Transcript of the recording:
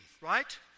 right